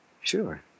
Sure